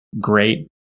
great